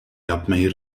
yapmayı